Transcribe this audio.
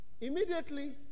Immediately